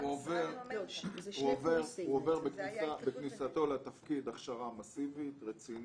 הוא עובר בכניסתו לתפקיד הכשרה מסיבית, רצינית,